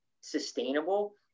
sustainable